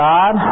God